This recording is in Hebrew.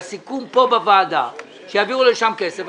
היה סיכום פה בוועדה שיביאו לשם כסף.